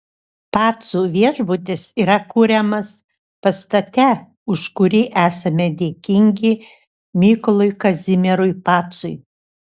pacų viešbutis yra kuriamas pastate už kurį esame dėkingi mykolui kazimierui pacui